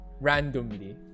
randomly